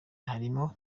harimo